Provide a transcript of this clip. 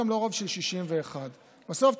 גם לא רוב של 61. בסוף,